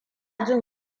jin